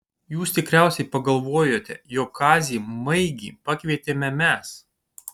jūs tikriausiai pagalvojote jog kazį maigį pakvietėme mes